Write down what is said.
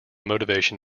motivation